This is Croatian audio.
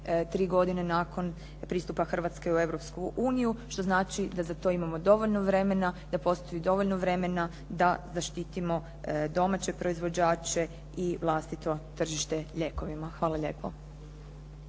tri godine nakon pristupa Hrvatske u Europsku uniju što znači da za to imamo dovoljno vremena, da postoji dovoljno vremena da zaštitimo domaće proizvođače i vlastito tržište lijekovima. Hvala lijepo.